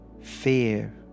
fear